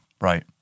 Right